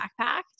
backpack